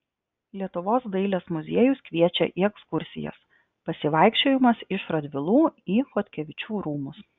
lietuvos dailės muziejus kviečia į ekskursijas pasivaikščiojimas iš radvilų į chodkevičių rūmus